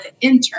intern